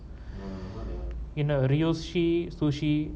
in our rioshi sushi